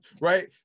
right